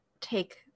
take